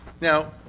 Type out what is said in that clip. Now